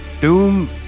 Doom